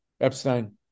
Epstein